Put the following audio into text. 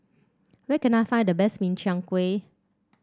where can I find the best Min Chiang Kueh